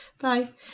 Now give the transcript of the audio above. Bye